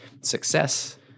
success